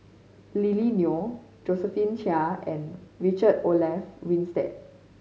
Lily Neo Josephine Chia and Richard Olaf Winstedt